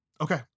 Okay